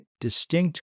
distinct